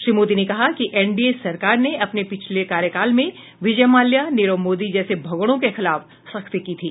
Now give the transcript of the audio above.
श्री मोदी ने कहा कि एनडीए सरकार ने अपने पिछले कार्यकाल में विजय माल्या नीरव मोदी जैसे भगोड़ों के खिलाफ सख्ती की थी